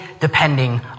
depending